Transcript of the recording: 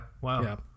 wow